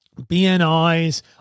BNI's